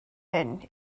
hyn